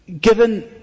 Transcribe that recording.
given